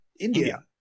India